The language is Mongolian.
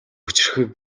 хүчирхэг